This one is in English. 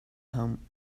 home